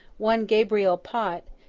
one gabriel pot,